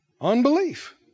Unbelief